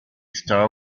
star